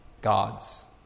gods